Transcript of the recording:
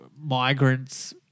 migrants